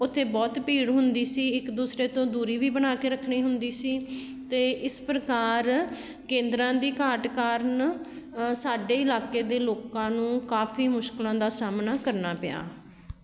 ਉੱਥੇ ਬਹੁਤ ਭੀੜ ਹੁੰਦੀ ਸੀ ਇੱਕ ਦੂਸਰੇ ਤੋਂ ਦੂਰੀ ਵੀ ਬਣਾ ਕੇ ਰੱਖਣੀ ਹੁੰਦੀ ਸੀ ਅਤੇ ਇਸ ਪ੍ਰਕਾਰ ਕੇਦਰਾਂ ਦੀ ਘਾਟ ਕਾਰਨ ਸਾਡੇ ਇਲਾਕੇ ਦੇ ਲੋਕਾਂ ਨੂੰ ਕਾਫੀ ਮੁਸ਼ਕਲਾਂ ਦਾ ਸਾਹਮਣਾ ਕਰਨਾ ਪਿਆ